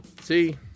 see